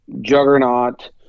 juggernaut